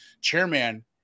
chairman